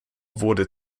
wurde